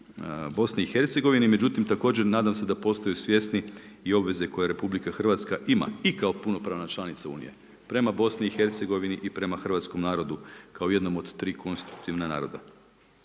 naših Hrvata u BiH, međutim također nadam se da postaju svjesni i obveze koje RH ima i kao punopravna članica unija prema BiH i prema hrvatskom narodu kao jednom od tri konstruktivna naroda.